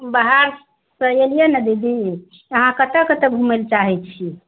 बाहर से एलिऐ ने दीदी अहाँ कतऽ कतऽ घूमै लऽ चाहैत छियै